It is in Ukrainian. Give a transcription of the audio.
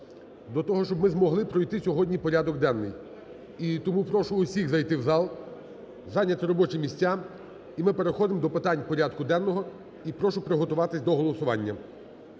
до того, щоб ми змогли пройти сьогодні порядок денний. І тому прошу усіх зайти в зал, зайняти робочі місця і ми переходимо до питань порядку денного. І прошу приготуватись до голосування.